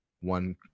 one